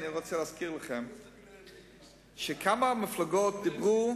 אני רוצה להזכיר לכם שכמה מפלגות דיברו